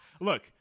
look